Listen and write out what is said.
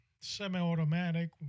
semi-automatic